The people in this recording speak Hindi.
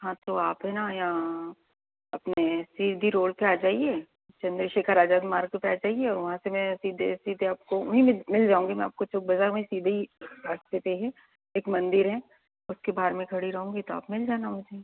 हाँ तो आप है न यहाँ अपने सीधी रोड पर आ जाइए चन्द्रशेखर आजाद मार्ग पर आ जाइए वहाँ से मैं सीधे सीधे आपको वहीं मे मिल जाऊँगी मैं आपको चौक बज़ार में सीधे ही रास्ते पर ही एक मंदिर है उसके बाहर मैं खड़ी रहूँगी तो आप मिल जाना मुझे